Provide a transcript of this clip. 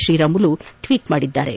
Sriramulu tweet ಮಾಡಿದ್ದಾರೆ